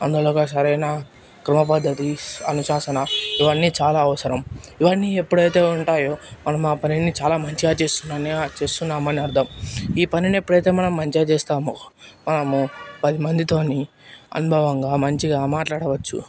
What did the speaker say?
అందులో ఒక సరైన క్రమ పద్ధతి అను శాసనం ఇవన్నీ చాలా అవసరం ఇవన్నీ ఎప్పుడైతే ఉంటాయో మనం ఆ పనిని మంచిగా చేస్తున్నా చేస్తున్నామని అర్ధం ఈ పనిని ఎప్పుడైతే మనం మంచిగా చేస్తామో మనము పది మందితోని అనుభవంగా మంచిగా మాట్లాడవచ్చు